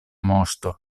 moŝto